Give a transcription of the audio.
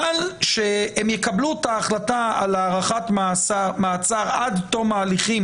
אבל שהם יקבלו את ההחלטה על הארכת מעצר עד תום ההליכים